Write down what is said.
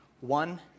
one